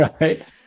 Right